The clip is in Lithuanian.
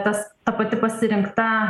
tas ta pati pasirinkta